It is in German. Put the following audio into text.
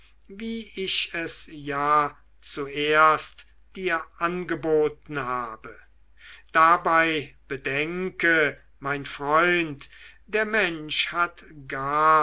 wie ich es ja zuerst dir angeboten habe dabei bedenke mein freund der mensch hat gar